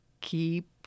keep